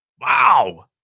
Wow